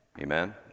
Amen